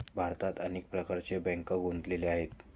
भारतात अनेक प्रकारच्या बँका गुंतलेल्या आहेत